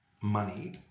money